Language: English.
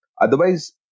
Otherwise